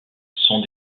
sont